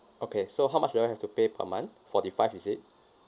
okay so how much do I have to pay per month forty five is it